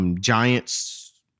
Giants